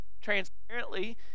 Transparently